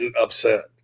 upset